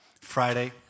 Friday